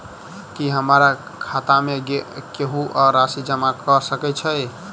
की हमरा खाता मे केहू आ राशि जमा कऽ सकय छई?